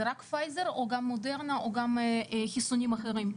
זה רק פייזר או גם מודרנה או גם חיסונים אחרים?